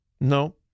No